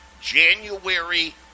January